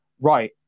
right